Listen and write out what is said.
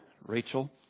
Rachel